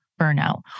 burnout